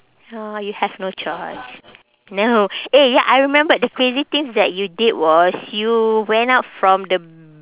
no you have no choice no eh ya I remembered the crazy things that you did was you went out from the